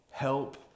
Help